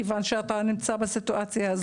כיוון שאתה נמצא בסיטואציה הזאת.